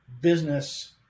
business